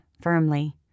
firmly